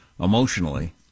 emotionally